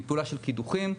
מפעולה של קידוחים,